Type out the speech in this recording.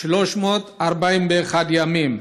1,341 ימים.